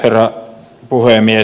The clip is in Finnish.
herra puhemies